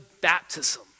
baptism